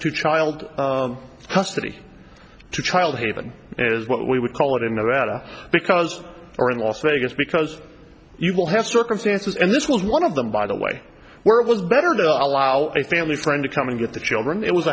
to child custody to child haven is what we would call it in nevada because or in las vegas because you will have circumstances and this was one of them by the way where it was better that allow a family friend to come and get the children it was